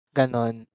ganon